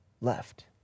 left